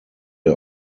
der